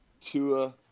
Tua